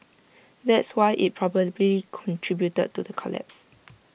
that's why IT probably contributed to the collapse